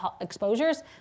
exposures